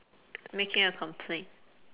making a complaint